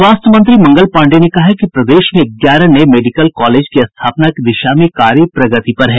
स्वास्थ्य मंत्री मंगल पांडेय ने कहा है कि प्रदेश में ग्यारह नये मेडिकल कॉलेज की स्थापना की दिशा में कार्य प्रगति पर है